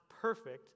perfect